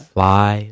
Fly